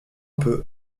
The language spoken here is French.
peu